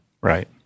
right